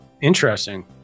Interesting